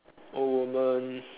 old woman